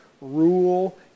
Rule